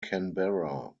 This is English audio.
canberra